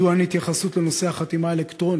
מדוע אין התייחסות לנושא החתימה האלקטרונית?